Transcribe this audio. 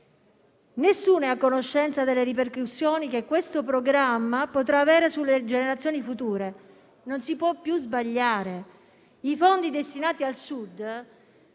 Nessuno è a conoscenza delle ripercussioni che questo programma potrà avere sulle generazioni future. Non si può più sbagliare. I fondi destinati al Sud